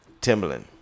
Timberland